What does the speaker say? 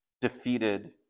defeated